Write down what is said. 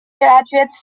graduates